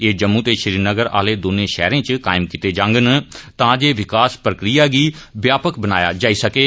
एह जम्मू ते श्रीनगर आले दौने शैहरें च कायम कीतियां जागंन तां जे विकास प्रक्रिया गी व्यापक बनाया जाई सकै